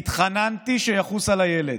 התחננתי שיחוס על הילד,